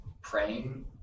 praying